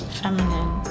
feminine